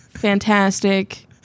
Fantastic